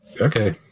Okay